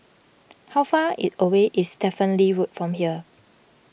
how far away is Stephen Lee Road from here